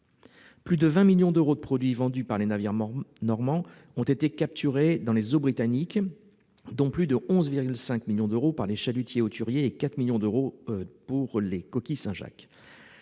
Plus de 20 millions d'euros de produits vendus par les navires normands ont été capturés dans les eaux britanniques, dont plus de 11,5 millions d'euros de pêche par les chalutiers hauturiers et 4 millions d'euros de coquilles Saint-Jacques.